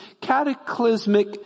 cataclysmic